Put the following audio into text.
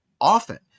often